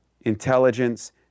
intelligence